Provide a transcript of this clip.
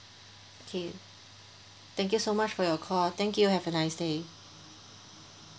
okay thank you so much for your call thank you have a nice day